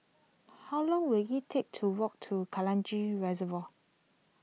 how long will it take to walk to Kranji Reservoir